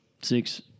six